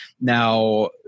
Now